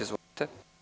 Izvolite.